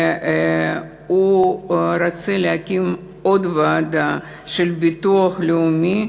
והוא רוצה להקים עוד ועדה של הביטוח הלאומי,